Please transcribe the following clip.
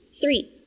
three